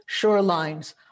shorelines